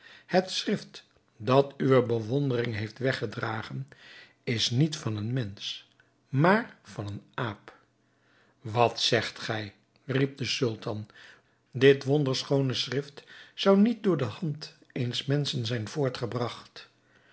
het schrift dat uwe bewondering heeft weggedragen is niet van een mensch maar van een aap wat zegt gij riep de sultan dit wonderschoone schrift zou niet door de hand eens menschen zijn voortgebragt